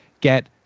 get